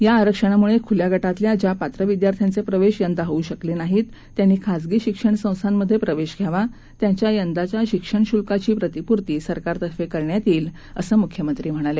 या आरक्षणामुळे खुल्या गटातल्या ज्या पात्र विद्यार्थ्यांचे प्रवेश यंदा होऊ शकले नाही त्यांनी खासगी शिक्षण संस्थांमध्ये प्रवेश घ्यावा त्यांच्या यंदाच्या शिक्षण शुल्काची प्रतिपूर्ती सरकारतर्फे करण्यात येईल असं मुख्यमंत्री म्हणाले